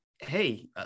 hey